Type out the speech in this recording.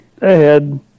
ahead